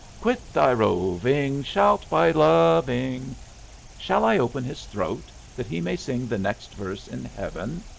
quit thy roving shalt by loving shall i open his throat, that he may sing the next verse in heaven?